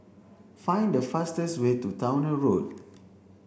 find the fastest way to Towner Road